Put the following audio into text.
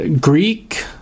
Greek